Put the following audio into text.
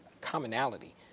commonality